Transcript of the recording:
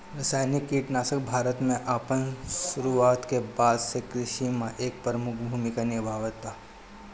रासायनिक कीटनाशक भारत में अपन शुरुआत के बाद से कृषि में एक प्रमुख भूमिका निभावता